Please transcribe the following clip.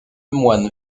moines